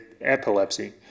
epilepsy